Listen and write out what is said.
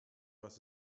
was